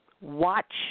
Watch